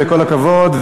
כל הכבוד.